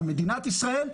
מדינת ישראל,